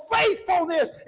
faithfulness